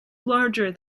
larger